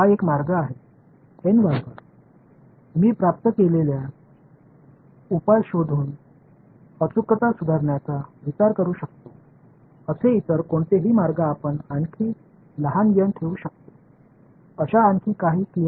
நான் பெற்றுள்ள தீர்வைப் பார்த்து துல்லியத்தை மேம்படுத்துவது பற்றி நான் n சிறியதாக வைத்திருக்கக்கூடிய இன்னும் துல்லியமான தீர்வைப் பெற வேறு சில புத்திசாலித்தனமான வழியைப் பற்றி நீங்கள் சிந்திக்க முடியுமா